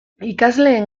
ikasleen